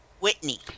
Whitney